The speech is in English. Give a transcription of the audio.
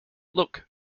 look